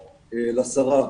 לשרה,